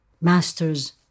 masters